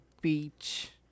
beach